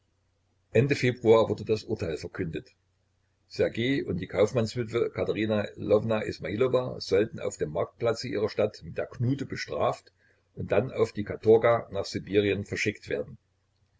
ende februar wurde das urteil verkündet ssergej und die kaufmannswitwe katerina lwowna ismailowa sollten auf dem marktplatze ihrer stadt mit der knute bestraft und dann auf die katorga nach sibirien verschickt werden